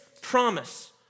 promise